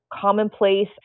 commonplace